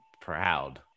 proud